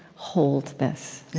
hold this.